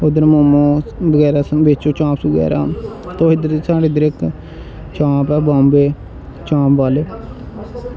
मोमोस बेचो बगैरा चांपस बगैरा तुस साढ़ै इद्धर चांप ऐ बंम्बे चांप बाले